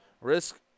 Risk